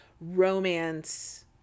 romance